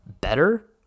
better